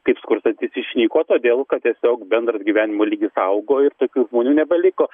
kaip skurstantys išnyko todėl kad tiesiog bendras gyvenimo lygis augo ir tokių žmonių nebeliko